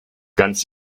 ganz